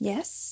Yes